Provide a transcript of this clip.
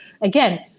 again